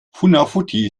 funafuti